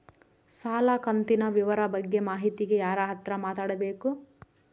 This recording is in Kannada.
ಸಾಲ ಕಂತಿನ ವಿವರ ಬಗ್ಗೆ ಮಾಹಿತಿಗೆ ಯಾರ ಹತ್ರ ಮಾತಾಡಬೇಕು?